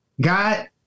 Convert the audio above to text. got